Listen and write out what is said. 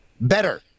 Better